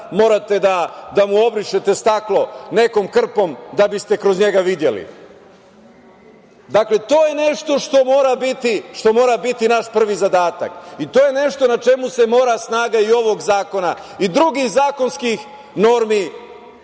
morate da mu obrišete staklo nekom krpom da biste kroz njega videli. Dakle, to je nešto što mora biti naš prvi zadatak i to je nešto na čemu se mora snaga i ovog zakona i drugih zakonskih normi